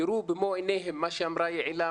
יראו במו-עיניהם מה שאמרה יעלה,